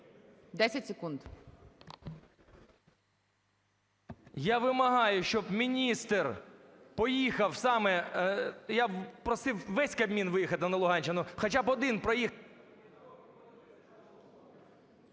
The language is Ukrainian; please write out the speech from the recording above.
ШАХОВ С.В. Я вимагаю, щоб міністр поїхав, я б просив весь Кабмін виїхати на Луганщину, хоча б один проїхав…